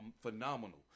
phenomenal